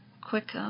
quick